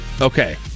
Okay